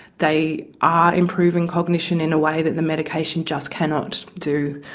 they are improving cognition in a way that the medication just cannot do.